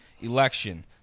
election